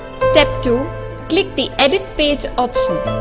step two click the edit page option.